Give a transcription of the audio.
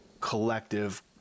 collective